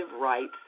rights